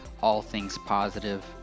AllThingsPositive